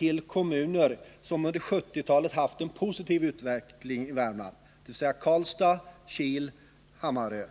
gäller kommuner i Värmland som under 1970-talet har haft en positiv utveckling, nämligen Karlstad, Kil och Hammarö.